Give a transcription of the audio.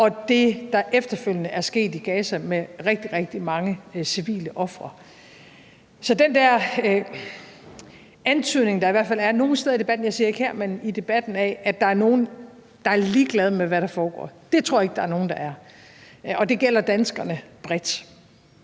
og det, der efterfølgende er sket i Gaza med rigtig, rigtig mange civile ofre. Så til den der antydning, der i hvert fald er nogle steder i debatten – jeg siger ikke her – af, at der er nogle, der er ligeglade med, hvad der foregår, vil jeg sige, at det tror jeg ikke der er nogen der er. Og det gælder danskerne bredt.